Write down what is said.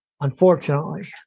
Unfortunately